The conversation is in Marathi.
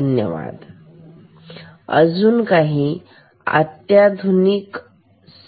धन्यवाद अजून काही अत्याधुनिक